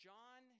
John